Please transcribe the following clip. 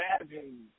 imagine